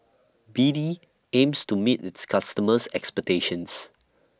B D aims to meet its customers' expectations